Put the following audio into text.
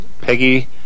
Peggy